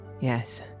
Yes